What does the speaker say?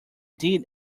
did